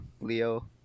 Leo